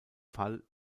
fall